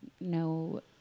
no